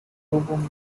municipality